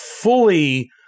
fully